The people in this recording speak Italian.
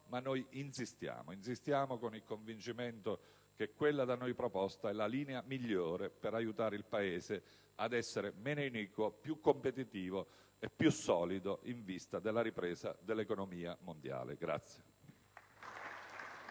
ma noi insistiamo con il convincimento che quella da noi proposta è la linea migliore per aiutare il Paese ad essere meno iniquo, più competitivo e più solido in vista della ripresa dell'economia mondiale.